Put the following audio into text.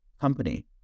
company